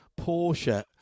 Porsche